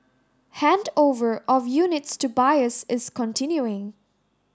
handover of units to buyers is continuing